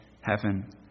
heaven